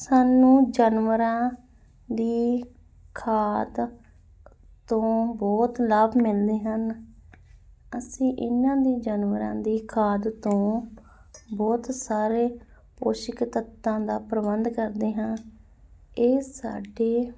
ਸਾਨੂੰ ਜਾਨਵਰਾਂ ਦੀ ਖਾਦ ਤੋਂ ਬਹੁਤ ਲਾਭ ਮਿਲਦੇ ਹਨ ਅਸੀਂ ਇਹਨਾਂ ਦੀ ਜਾਨਵਰਾਂ ਦੀ ਖਾਦ ਤੋਂ ਬਹੁਤ ਸਾਰੇ ਪੋਸ਼ਟਿਕ ਤੱਤਾਂ ਦਾ ਪ੍ਰਬੰਧ ਕਰਦੇ ਹਾਂ ਇਹ ਸਾਡੇ